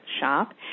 Shop